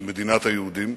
של מדינת היהודים